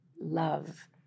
love